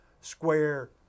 square